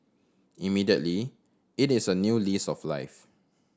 immediately it is a new lease of life